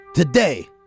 Today